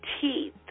teeth